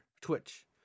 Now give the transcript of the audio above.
Twitch